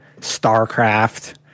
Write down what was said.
StarCraft